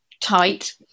tight